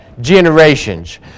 generations